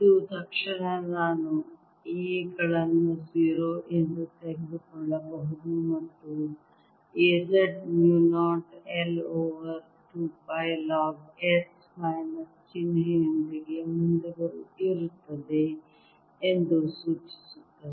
ಇದು ತಕ್ಷಣ ನಾನು A ಗಳನ್ನು 0 ಎಂದು ತೆಗೆದುಕೊಳ್ಳಬಹುದು ಮತ್ತು A z mu 0 I over 2 pi log s minus ಚಿಹ್ನೆಯೊಂದಿಗೆ ಮುಂದೆ ಇರುತ್ತದೆ ಎಂದು ಸೂಚಿಸುತ್ತದೆ